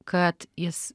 kad jis